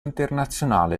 internazionale